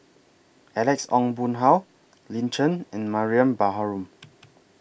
Alex Ong Boon Hau Lin Chen and Mariam Baharom